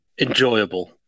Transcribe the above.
enjoyable